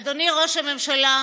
אדוני ראש הממשלה,